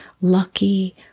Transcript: lucky